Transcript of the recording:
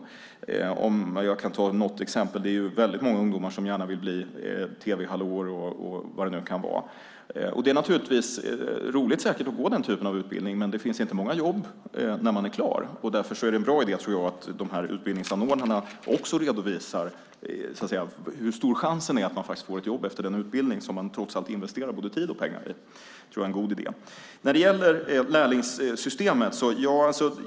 Åtminstone har det varit så tidigare. Jag kan ta något exempel. Det är väldigt många ungdomar som gärna vill bli tv-hallåor och vad det nu kan vara. Det är säkert roligt att gå den typen av utbildning, men det finns inte många jobb när man är klar. Därför är det en bra idé att utbildningsanordnarna också redovisar hur stor chansen är att man får ett jobb efter den utbildning som man trots allt investerar både tid och pengar i. Det tror jag är en god idé.